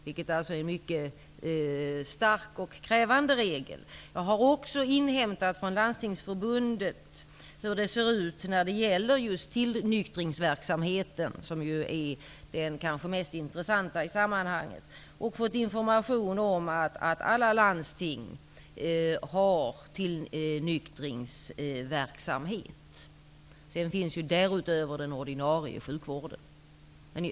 Det är en mycket stark ock krävande regel. Jag har också inhämtat information från Landstingsförbundet om hur det ser ut när det gäller just tillnyktringsverksamheten, som kanske är den mest intressanta i sammanhanget. Jag har fått information om att alla landsting har tillnyktringsverksamhet. Därutöver finns den ordinarie sjukvården.